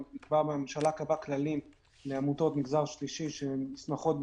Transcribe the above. הממשלה קבעה כללים לעמותות מגזר שלישי שנסמכות,